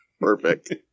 Perfect